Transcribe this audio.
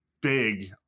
big